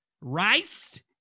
rice